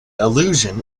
allusion